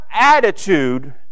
attitude